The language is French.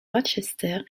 rochester